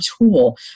tool